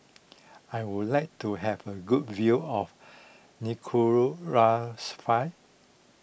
I would like to have a good view of